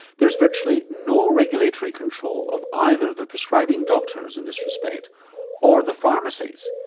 there is virtually no regulatory control of either the prescribing doctors in this respect or the pharmacies,